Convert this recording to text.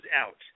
out